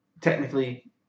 technically